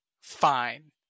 fine